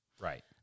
Right